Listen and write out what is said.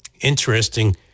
Interesting